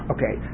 Okay